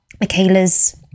Michaela's